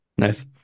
Nice